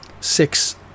six